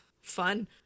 fun